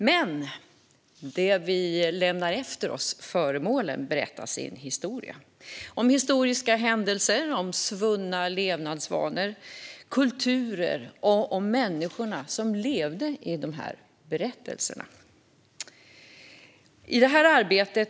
Men de föremål vi lämnar efter oss berättar sin historia - om historiska händelser, svunna levnadsvanor, kulturer och de människor som levde i dessa berättelser.